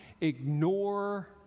ignore